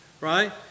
Right